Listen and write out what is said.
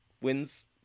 wins